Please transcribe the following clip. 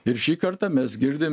ir šį kartą mes girdim